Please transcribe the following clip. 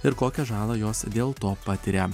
ir kokią žalą jos dėl to patiria